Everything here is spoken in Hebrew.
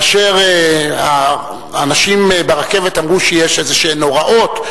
כאשר האנשים ברכבת אמרו שיש איזה הוראות,